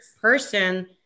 person